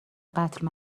قتل